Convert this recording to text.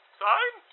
sign